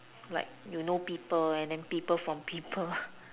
like you know people and then people from people